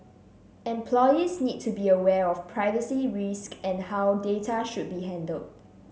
employees need to be aware of privacy risks and how data should be handled